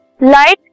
Light